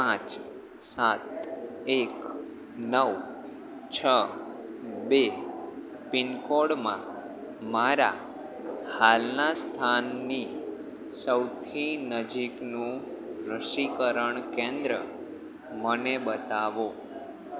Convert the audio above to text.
પાંચ સાત એક નવ છ બે પીનકોડમાં મારા હાલના સ્થાનની સૌથી નજીકનું રસીકરણ કેન્દ્ર મને બતાવો